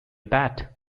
bat